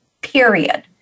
period